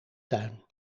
tuin